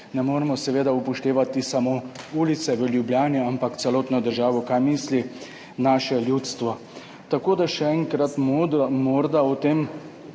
ne moremo upoštevati samo ulice v Ljubljani, ampak celotno državo, kaj misli naše ljudstvo. Tako da še enkrat morda o tem.